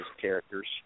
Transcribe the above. characters